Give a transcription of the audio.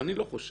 ואני לא חושב